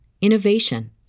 innovation